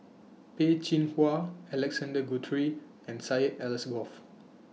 Peh Chin Hua Alexander Guthrie and Syed Alsagoff